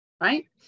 right